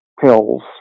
Pills